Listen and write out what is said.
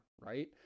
right